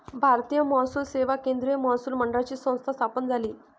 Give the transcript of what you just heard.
भारतीय महसूल सेवा केंद्रीय महसूल मंडळाची संस्था स्थापन झाली